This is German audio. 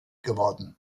geworden